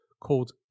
called